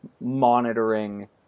monitoring